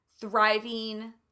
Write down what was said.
thriving